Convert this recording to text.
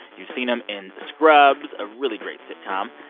you've seen him in scrubs, a really great sitcom,